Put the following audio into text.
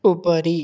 उपरि